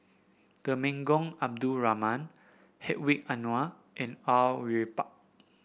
Temenggong Abdul Rahman Hedwig Anuar and Au Yue Pak